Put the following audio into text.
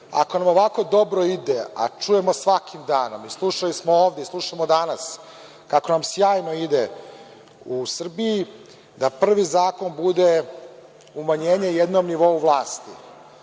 ako nam ovako dobro ide, a čujemo svakim danom i slušali smo ovde i slušamo danas, kako nam sjajno ide u Srbiji, da prvi zakon bude umanjenje jednom nivou vlasti. Razumem